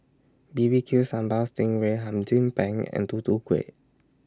B B Q Sambal Sting Ray Hum Chim Peng and Tutu Kueh